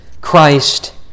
Christ